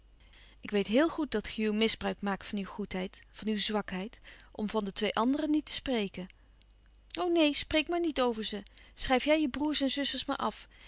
ik weet heel goed dat hugh misbruik maakt van uw goedheid van uw zwakheid om van de twee andere niet te spreken o neen spreek maar niet over ze schrijf jij je broêrs en je zusters maar af